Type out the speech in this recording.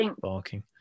barking